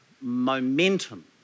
momentum